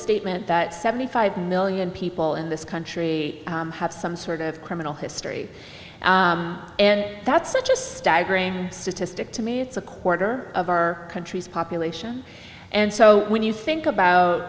statement that seventy five million people in this country have some sort of criminal history and that's such a staggering statistic to me it's a quarter of our country's population and so when you think about